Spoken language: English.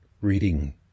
reading